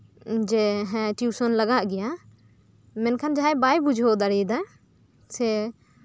ᱦᱮᱸ ᱡᱮ ᱴᱤᱭᱩᱥᱚᱱ ᱞᱟᱜᱟᱜ ᱜᱮᱭᱟ ᱢᱮᱱᱠᱷᱟᱱ ᱡᱟᱦᱟᱸᱭ ᱵᱟᱭ ᱵᱩᱡᱷᱟᱹᱣ ᱫᱟᱲᱮᱭᱟᱫᱟ ᱥᱮ